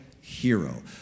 hero